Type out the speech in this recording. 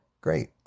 Great